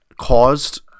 caused